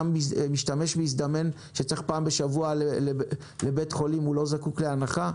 משתמש מזדמן שצריך פעם בשבוע להגיע לבית חולים לא זקוק להנחה?